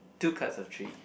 two cards or three